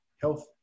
health